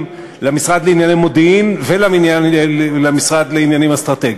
למשרד לענייני מודיעין ולמשרד לעניינים אסטרטגיים.